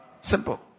simple